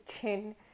chin